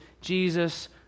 Jesus